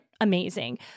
amazing